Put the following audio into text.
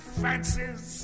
fancies